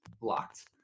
Blocked